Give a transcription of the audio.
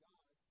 God